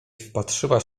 wpatrzyła